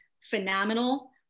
phenomenal